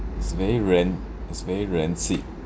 it's very ran~ it's very rancid